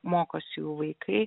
mokosi jų vaikai